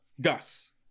Gus